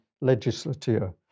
legislature